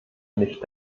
nicht